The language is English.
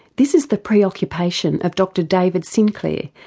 this is the preoccupation of dr david sinclair,